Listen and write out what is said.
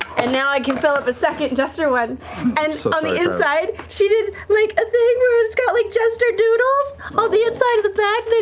and now i can fill up a second jester one, and on the inside, she did like, a thing where it's got like jester doodles on the inside of the bag, but